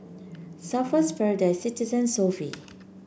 Surfer's Paradise Citizen and Sofy